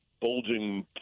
bulging